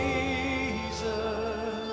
Jesus